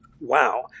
wow